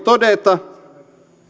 todeta